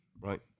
right